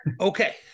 Okay